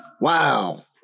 Wow